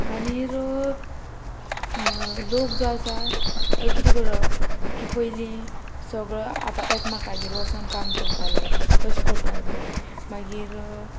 आनी लोक जो आसा तो किदें करप की पयलीं सगळो आ एकामेकागेर वसोन काम करतालो तशें करताले पळय मागीर